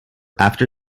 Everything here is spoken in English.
after